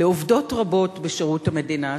לעובדות רבות בשירות המדינה,